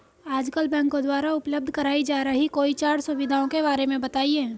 आजकल बैंकों द्वारा उपलब्ध कराई जा रही कोई चार सुविधाओं के बारे में बताइए?